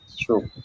true